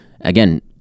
again